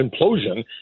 implosion